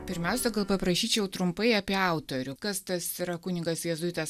pirmiausia gal paprašyčiau trumpai apie autorių kas tas yra kunigas jėzuitas